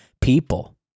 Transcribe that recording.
people